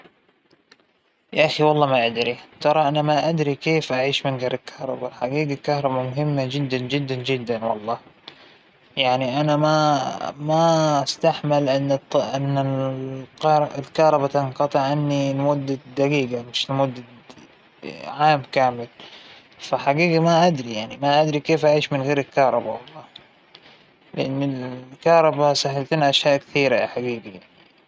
ما بعرف ما جت فكرت من قبل، اش راح بيصير لو أنه انقطعت الكهربا أو ما عد فى كهربا بالعالم، لكن أعتقد اننا راح نرجع ل لهذا الزمن، كيف كان الناس عايشين قبل الكهربا بتجمعات أهلية وخروجات، هكذا أظن مابعرف.